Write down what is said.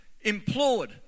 implored